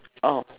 oh